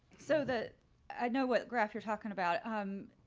so that i know what graph you're talking about? um,